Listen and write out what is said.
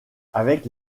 avec